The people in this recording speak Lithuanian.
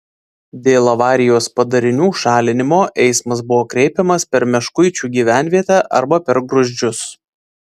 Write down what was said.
dėl avarijos padarinių šalinimo eismas buvo kreipiamas per meškuičių gyvenvietę arba per gruzdžius